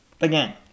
Again